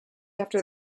after